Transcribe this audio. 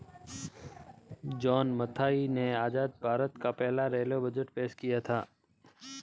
John Mathai ने आजाद भारत का पहला रेलवे बजट पेश किया था